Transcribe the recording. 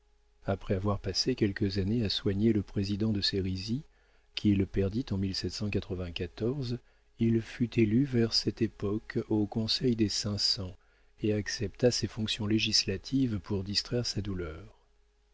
après avoir passé quelques années à soigner le président de sérisy qu'il perdit en il fut élu vers cette époque au conseil des cinq cents et accepta ces fonctions législatives pour distraire sa douleur